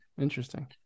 Interesting